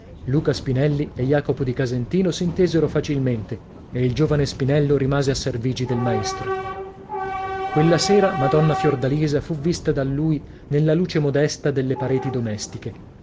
luca spinelli e jacopo di casentino s'intesero facilmente e il giovine spinello rimase a servigi del maestro quella sera madonna fiordalisa fu vista da lui nella luce modesta delle pareti domestiche